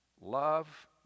Love